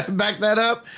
back that up.